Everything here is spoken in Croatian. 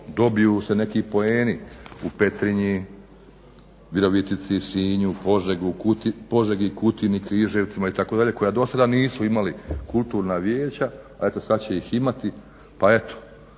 dobiju se neki poeni u Petrinji, Virovitici, Sinju, Požegi, Kutini, Križevcima itd. koja do sada nisu imali kulturna vijeća, a eto sad će ih imati